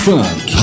Funk